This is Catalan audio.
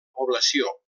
població